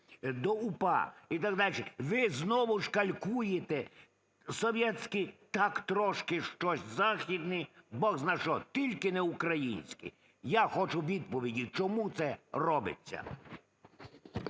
до УПА і так дальше? Ви знову ж калькуєте совєтський, так трошки щось західний, бозна-що, тільки не український. Я хочу відповіді, чому це робиться.